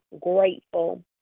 grateful